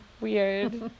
weird